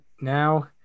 now